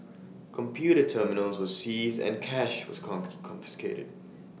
computer terminals were seized and cash was confiscated